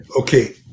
Okay